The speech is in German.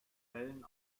wellen